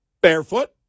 Barefoot